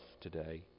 today